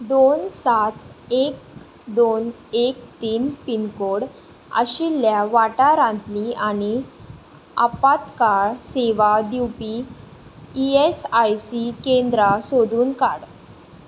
दोन सात एक दोन एक तीन पीन कोड आशिल्ल्या वाठारांतलीं आनी आपात्काळ सेवा दिवपी ई एस आय सी केंद्रां सोदून काड